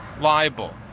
liable